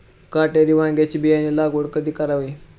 काटेरी वांग्याची बियाणे लागवड कधी करावी?